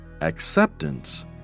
acceptance